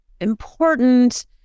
important